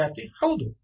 ವಿದ್ಯಾರ್ಥಿ ಹೌದು